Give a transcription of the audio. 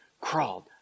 crawled